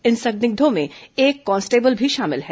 इन संदिग्धों में एक कांस्टेबल भी शामिल है